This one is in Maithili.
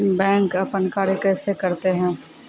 बैंक अपन कार्य कैसे करते है?